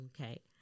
Okay